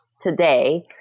today